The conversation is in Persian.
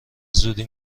زودی